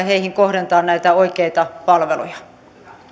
heihin kohdentaa näitä oikeita palveluja